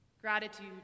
Gratitude